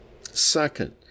Second